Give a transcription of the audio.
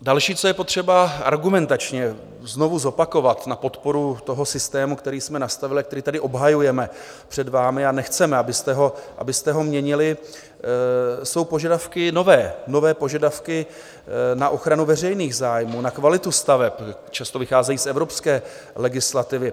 Další, co je potřeba argumentačně znovu zopakovat na podporu toho systému, který jsme nastavili, který tady obhajujeme před vámi a nechceme, abyste ho měnili, jsou nové požadavky na ochranu veřejných zájmů, na kvalitu staveb, často vycházejí z evropské legislativy.